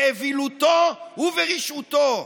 באווילותו וברשעותו.